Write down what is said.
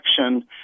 action